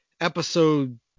Episode